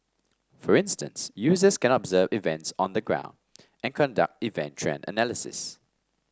for instance users can observe events on the ground and conduct event trend analysis